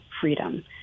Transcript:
freedom